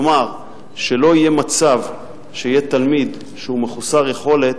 כלומר שלא יהיה מצב שיהיה תלמיד מחוסר יכולת